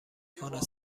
کند